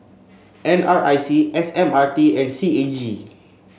N R I C S M R T and C A G